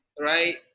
right